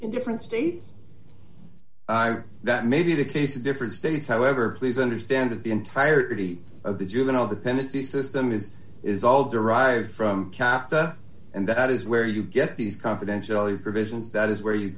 in different states i'm that may be the case of different states however please understand that the entirety of the juvenile dependency system is is all derived from katha and that is where you get these confidentiality provisions that is where you